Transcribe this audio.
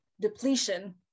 depletion